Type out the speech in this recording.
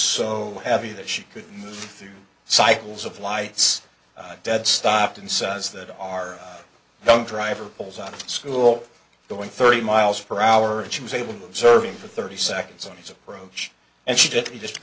so heavy that she could move through cycles of lights dead stopped and says that our young driver pulls out of school going thirty miles per hour and she was able to observe him for thirty seconds on his approach and she did he just